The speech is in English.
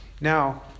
Now